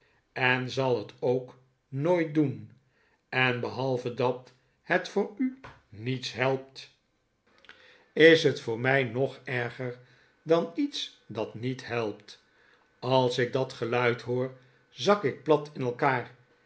en zal het ook nooit doen en behalve dat het voor u niets helpt is het voor mij maa r ten chuzzlewit nog erger dan iets dat niet helpt als ik dat geluid hoor zak ik plat in elkaar